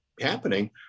happening